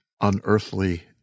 Unearthly